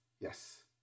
yes